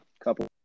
couple